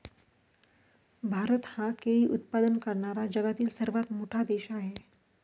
भारत हा केळी उत्पादन करणारा जगातील सर्वात मोठा देश आहे